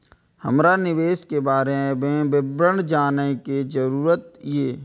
हमरा निवेश के बारे में विवरण जानय के जरुरत ये?